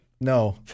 No